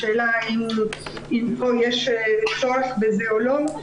השאלה אם פה יש צורך בזה או לא,